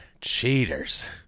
Cheaters